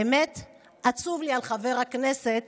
האמת היא שעצוב לי על חבר הכנסת